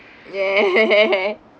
ya